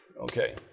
Okay